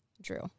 Drew